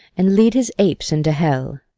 and lead his apes into hell.